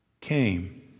came